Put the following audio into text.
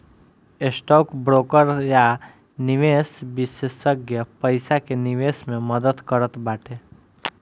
stock broker या निवेश विषेशज्ञ पईसा के निवेश मे मदद करत बाटे